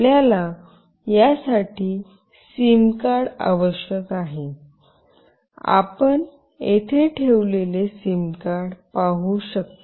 आपल्याला यासाठी SIM card आवश्यक आहे आपण येथे ठेवलेले सिम कार्ड पाहू शकता